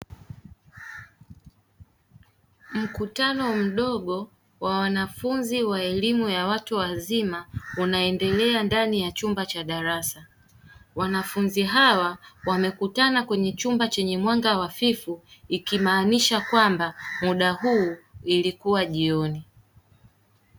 Mkutano mdogo wa wanafunzi wa elimu ya watu wazima unaendelea ndani ya chumba cha darasa, wanafunzi hawa wamekutana kwenye chumba chenye mwanga hafifu ikimaanisha kwamba muda huu ilikuwa jioni.